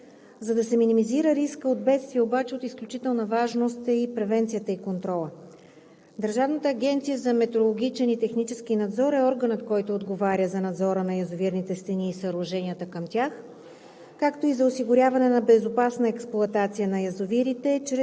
за овладяване на опасни ситуации и конфликтни точки. За да се минимизира рискът от бедствия обаче, от изключителна важност са превенцията и контролът. Държавната агенция за метрологичен и технически надзор е органът, който отговаря за надзора на язовирните стени и съоръженията към тях,